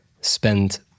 spend